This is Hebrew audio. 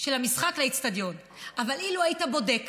של האצטדיון למשחק, אבל אילו היית בודק